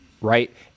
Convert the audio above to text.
right